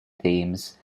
themes